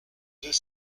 deux